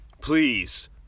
Please